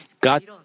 God